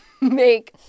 make